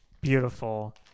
beautiful